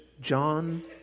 John